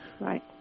Right